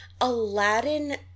Aladdin